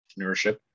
entrepreneurship